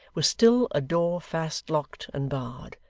was still a door fast locked and barred,